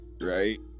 right